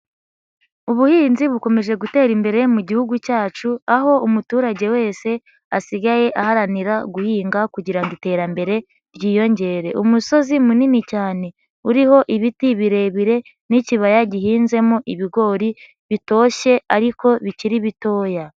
Ubuhinzi bukomeje gutera imbere mu gihugu cyacu, aho umuturage wese asigaye aharanira guhinga kugira ngo iterambere ryiyongere. Umusozi munini cyane uriho ibiti birebire n'ikibaya gihinzemo ibigori, bitoshye ariko bikiri bitoya.